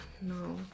no